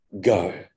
go